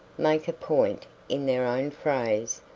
make a point, in their own phrase,